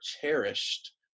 cherished